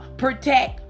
protect